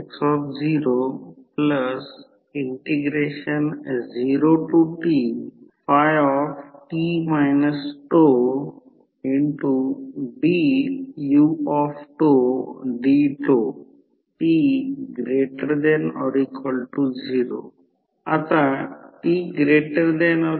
5 अँपिअरचा no load current घेतो आणि कोर लॉस 400 वॅट आहे जे core loss V1 I0 cos ∅0 दिले आहे ते म्हणजे कोर लॉस वॅट दिले आहे